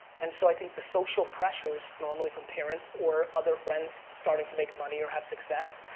and so i think the social pressures normally from parents, or other friends starting to make money or have success,